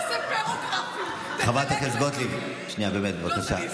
תעשה, חברת הכנסת גוטליב, שנייה, באמת, בבקשה.